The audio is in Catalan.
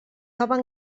nova